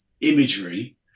imagery